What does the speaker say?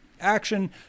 action